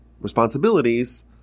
responsibilities